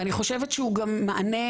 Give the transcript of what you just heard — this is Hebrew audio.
ואני חושבת שהוא גם מענה,